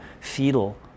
fetal